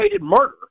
murder